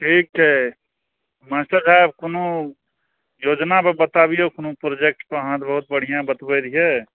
ठीक छै मास्टर साहेब कोनो योजनापर बताबियौ कोनो प्रोजेक्ट पर अहाँ तऽ बहुत बढ़िऑं बतबै रहियै